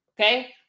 okay